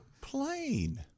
Plain